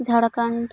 Jharkhand